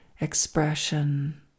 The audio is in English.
expression